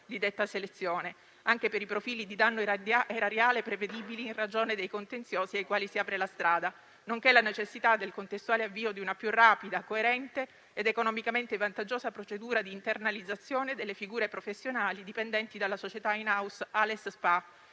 di detta selezione, anche per i profili di danno erariale prevedibili in ragione dei contenziosi ai quali si apre la strada, nonché la necessità del contestuale avvio di una più rapida, coerente ed economicamente vantaggiosa procedura di internalizzazione delle figure professionali dipendenti dalla società *in house* ALES